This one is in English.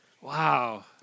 Wow